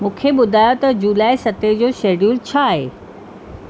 मूंखे ॿुधायो त जुलाई सते जो शेड्यूल छा आहे